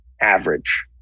average